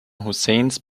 husseins